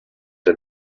der